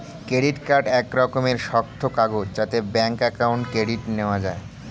credit card এক রকমের শক্ত কাগজ যাতে ব্যাঙ্ক অ্যাকাউন্ট ক্রেডিট নেওয়া যায়